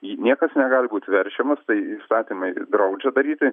į niekas negali būti verčiamas tai įsakymai draudžia daryti